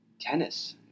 tennis